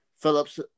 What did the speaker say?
Phillips